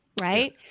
right